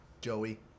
Joey